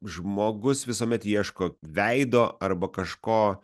žmogus visuomet ieško veido arba kažko